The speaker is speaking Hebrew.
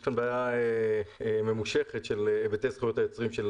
יש כאן בעיה ממושכת של היבטי זכויות היוצרים של